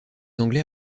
anglais